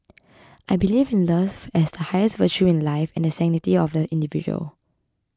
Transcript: I believe in love as the highest virtue in life and the sanctity of the individual